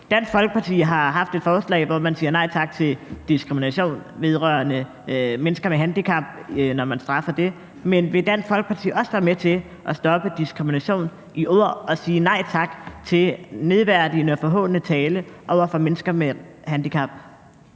Dansk Folkeparti er kommet med et forslag, hvor man siger nej tak til diskrimination af mennesker med handicap, og hvor man straffer det, men vil Dansk Folkeparti også være med til at stoppe diskrimination i ord og sige nej tak til nedværdigende og forhånende tale over for mennesker med handicap?